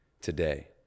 today